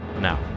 now